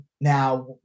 Now